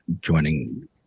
joining